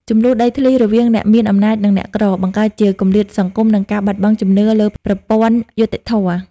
ជម្លោះដីធ្លីរវាងអ្នកមានអំណាច និងអ្នកក្រ បង្កើតជាគម្លាតសង្គម និងការបាត់បង់ជំនឿលើប្រព័ន្ធយុត្តិធម៌។